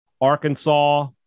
Arkansas